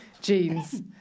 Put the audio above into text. jeans